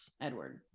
Edward